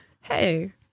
hey